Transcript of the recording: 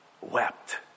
wept